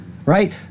Right